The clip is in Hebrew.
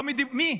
מי?